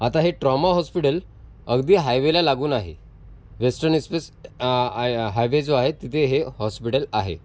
आता हे trauma hospital अगदी हायवेला लागून आहे वेस्टन एसपेस आहे हायवे जो आहे तिथे हे हॉस्पिटल आहे